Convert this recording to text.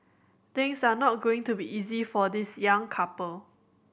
things are not going to be easy for this young couple